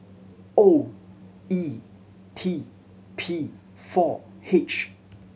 O E T P four H